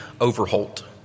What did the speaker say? Overholt